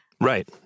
Right